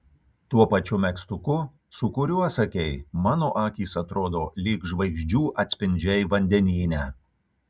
tuo pačiu megztuku su kuriuo sakei mano akys atrodo lyg žvaigždžių atspindžiai vandenyne